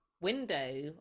window